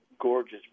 gorgeous